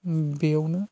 बेयावनो